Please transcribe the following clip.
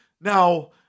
Now